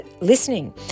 listening